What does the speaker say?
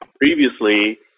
Previously